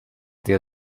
diez